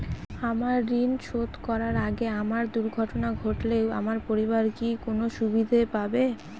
আমার ঋণ শোধ করার আগে আমার দুর্ঘটনা ঘটলে আমার পরিবার কি কোনো সুবিধে পাবে?